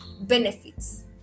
benefits